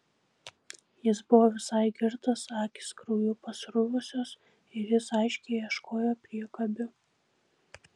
jis buvo visai girtas akys krauju pasruvusios ir jis aiškiai ieškojo priekabių